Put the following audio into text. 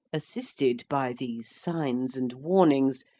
assisted by these signs and warnings,